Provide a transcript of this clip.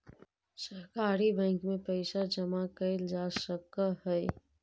सहकारी बैंक में पइसा जमा कैल जा सकऽ हइ